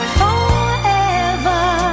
forever